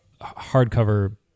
hardcover